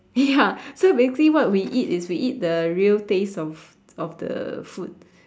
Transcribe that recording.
ya so basically what we eat is we eat the real taste of of the food